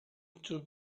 too